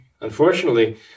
unfortunately